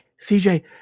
CJ